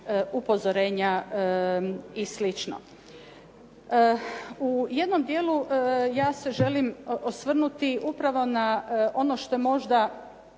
upozorenja i slično. U jednom dijelu ja se želim osvrnuti upravo na ono što je možda